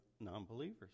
non-believers